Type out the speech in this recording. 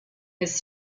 his